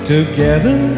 Together